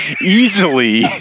easily